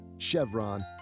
Chevron